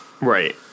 Right